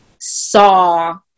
saw